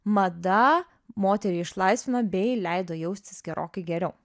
mada moterį išlaisvino bei leido jaustis gerokai geriau